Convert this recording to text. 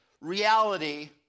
reality